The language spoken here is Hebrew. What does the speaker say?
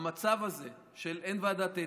המצב הזה שאין ועדת האתיקה,